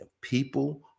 people